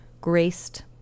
graced